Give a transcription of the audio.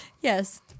Yes